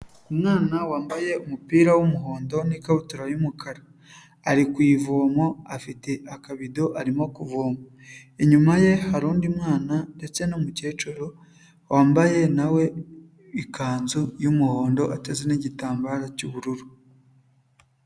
Umwana wambaye umupira w'umuhondo n'ikabutura y'umukara, ari ku ivoma afite akabido arimo kuvoma. Inyuma ye hari undi mwana ndetse n'umukecuru wambaye nawe ikanzu y'umuhondo, ateze n'igitambaro cy'ubururu.